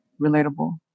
relatable